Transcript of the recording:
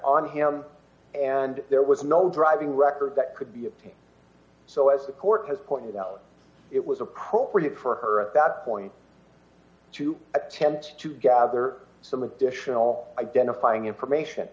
on him and there was no driving record that could be obtained so as the court has pointed out it was appropriate for her at that point to attend to gather some additional identifying information